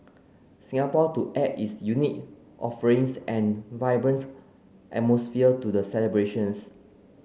Singapore to add its unique offerings and vibrant atmosphere to the celebrations